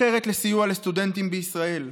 אחרת לסיוע לסטודנטים בישראל.